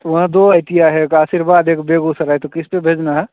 तो वहाँ दो आई टीय आई हैं एक आशीर्वाद एक बेगूसराय तो किस पर भेजना है